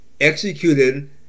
executed